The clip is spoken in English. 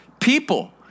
people